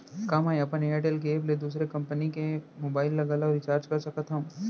का मैं अपन एयरटेल के एप ले दूसर कंपनी के मोबाइल ला घलव रिचार्ज कर सकत हव?